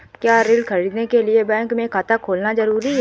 क्या ऋण ख़रीदने के लिए बैंक में खाता होना जरूरी है?